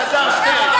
אלעזר שטרן.